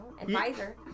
advisor